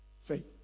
faith